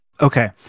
Okay